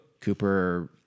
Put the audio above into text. Cooper